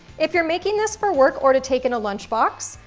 if you're making this for work or to take in a lunchbox,